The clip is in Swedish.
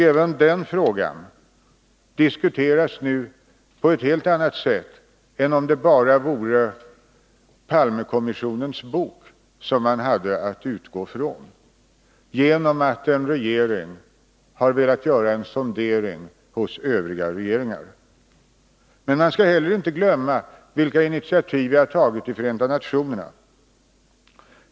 Även den frågan diskuteras nu på ett helt annat sätt än vad som skulle ha varit fallet om man bara hade haft Palmekommissionens bok att utgå från tack vare att en regering har velat göra en sondering hos övriga regeringar. Man skall heller inte glömma vilka initiativ vi har tagit i Förenta nationerna.